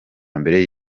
mbere